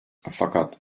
fakat